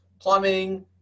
plumbing